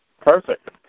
Perfect